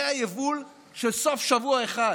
זה היבול של סוף שבוע אחד.